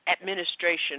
administration